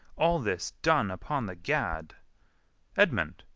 all this done upon the gad edmund,